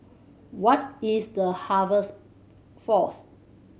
what is The Harvest Force